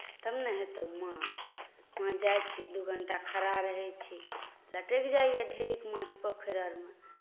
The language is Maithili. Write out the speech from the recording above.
तब ने हेतै माछ जाइत छी दू घण्टा खड़ा रहैत छी लटकि जाइए ढेरीक माछ पोखरि आओरमे